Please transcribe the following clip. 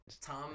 Tom